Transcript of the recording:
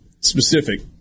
specific